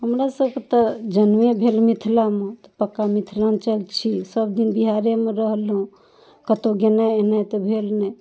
हमरा सबके तऽ जन्मे भेल मिथिलामे पक्का मिथिलाञ्चल छी सब दिन बिहारेमे रहलहुँ कतौ गेनाइ एनाइ तऽ भेल नहि